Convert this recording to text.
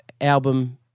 album